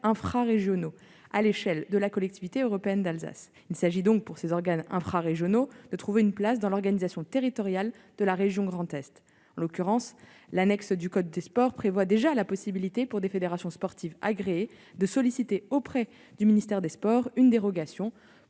infrarégionaux à l'échelle de la collectivité européenne d'Alsace ». Il s'agit donc pour ces organes infrarégionaux de trouver une place dans l'organisation territoriale de la région Grand Est. En l'occurrence, l'annexe du code du sport prévoit déjà la possibilité pour des fédérations sportives agréées de solliciter auprès du ministère chargé des sports une dérogation